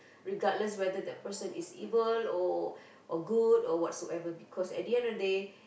regardless whether that person is evil or good or what so ever because at the end of the day